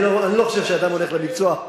אני לא חושב שאדם הולך למקצוע,